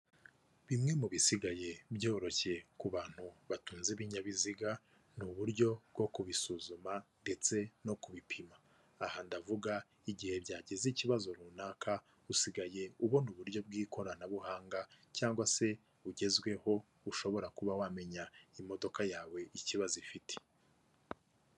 Bimwe mu bisigaye byoroshye ku bantu batunze ibinyabiziga, ni uburyo bwo kubisuzuma ndetse no kubipima. Aha ndavuga igihe byagize ikibazo runaka, usigaye ubona uburyo bw'ikoranabuhanga cyangwag se bugezweho ushobora kuba wamenya imodoka yawe ikibazo ifite.